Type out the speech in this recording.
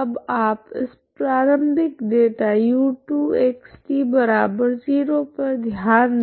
अब आप इस प्रारम्भिक डेटा u2xt0 पर ध्यान दे